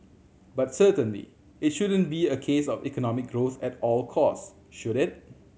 but certainly it shouldn't be a case of economic growth at all costs should it